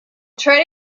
try